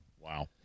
Wow